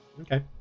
Okay